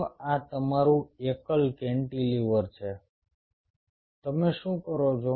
તો આ તમારું એકલ કેન્ટિલીવર છે તમે શું કરો છો